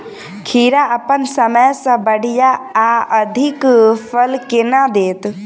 खीरा अप्पन समय सँ बढ़िया आ अधिक फल केना देत?